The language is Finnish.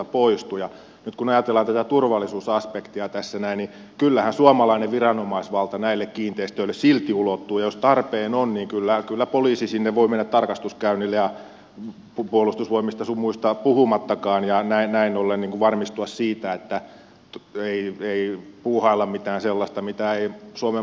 ja nyt kun ajatellaan tätä turvallisuusaspektia tässä näin niin kyllähän suomalainen viranomaisvalta näihin kiinteistöihin silti ulottuu ja jos tarpeen on niin kyllä poliisi sinne voi mennä tarkastuskäynnille puolustusvoimista sun muista puhumattakaan ja näin ollen varmistua siitä että ei puuhailla mitään sellaista mitä ei suomen maaperällä saa puuhata